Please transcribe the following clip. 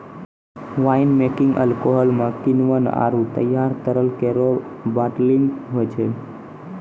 wine making alcohol म किण्वन आरु तैयार तरल केरो बाटलिंग होय छै